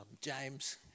James